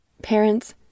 Parents